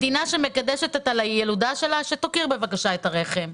מדינה שמקדשת את הילודה שלה שתכיר בבקשה את הרחם.